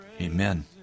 Amen